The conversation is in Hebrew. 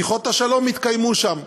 ולראיה, שיחות השלום התקיימו שם.